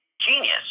genius